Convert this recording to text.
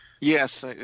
yes